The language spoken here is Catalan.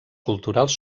culturals